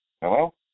Hello